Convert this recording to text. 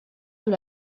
dans